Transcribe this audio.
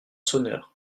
sonneurs